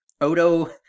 Odo